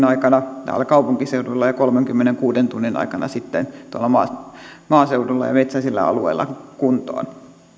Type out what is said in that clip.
aikana täällä kaupunkiseudulla ja kolmenkymmenenkuuden tunnin aikana sitten tuolla maaseudulla ja ja metsäisillä alueilla kuntoon